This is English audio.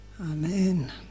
amen